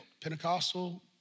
Pentecostal